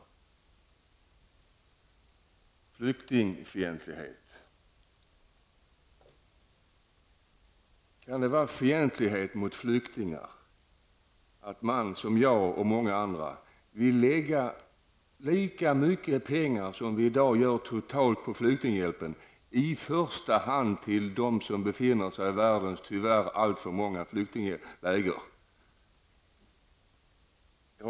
Det talades om flyktingfientlighet. Kan det vara fientlighet mot flyktingar att man som jag och många andra vill lägga lika mycket pengar som vi i dag totalt lägger på flyktinghjälpen i första hand på de människor som befinner sig i de tyvärr alltför många flyktingläger som finns i världen?